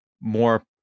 more